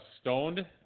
Stoned